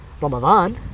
Ramadan